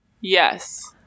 Yes